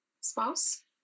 spouse